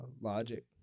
Logic